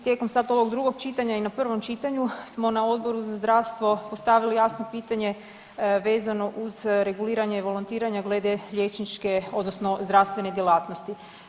Tijekom sad ovog drugog čitanja i na prvom čitanju smo na Odboru za zdravstvo postavili jasno pitanje vezano uz reguliranje volontiranje glede liječničke odnosno zdravstvene djelatnosti.